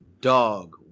Dog